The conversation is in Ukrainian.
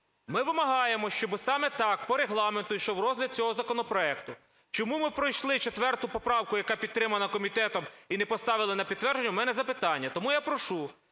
Ми вимагаємо, щоби саме так, по Регламенту, йшов розгляд цього законопроекту. Чому ми пройшли 4 поправку, яка підтримана комітетом, і не поставили на підтвердження – у мене запитання. Тому я прошу